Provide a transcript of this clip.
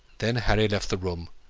then harry left the room,